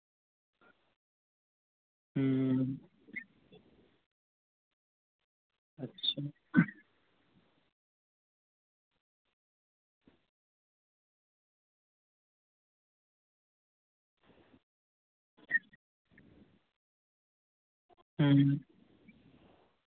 हूं अच्छा हूं